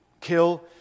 kill